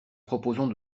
proposons